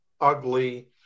ugly